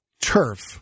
turf